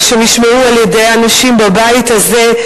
שהושמעה על-ידי אנשים בבית הזה,